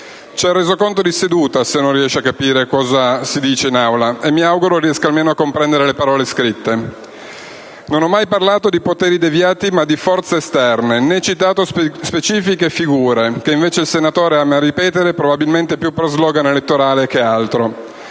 stenografico di seduta se non riesce a capire cosa si dice in Aula, e mi auguro che almeno riesca a comprendere le parole scritte. Non ho mai parlato di poteri deviati ma di forze esterne, né citato specifiche figure, che invece il senatore Esposito ama ripetere, probabilmente più per *slogan* elettorale che altro.